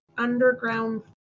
underground